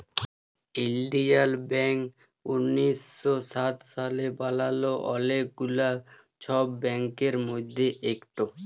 ইলডিয়াল ব্যাংক উনিশ শ সাত সালে বালাল অলেক গুলা ছব ব্যাংকের মধ্যে ইকট